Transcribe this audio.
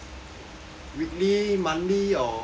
weekly monthly or